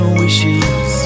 wishes